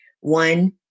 One